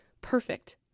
perfect